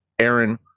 Aaron